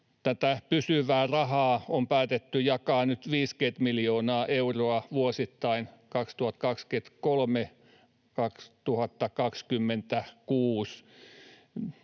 Tätä pysyvää rahaa on päätetty jakaa 50 miljoonaa euroa vuosittain 2023—2026.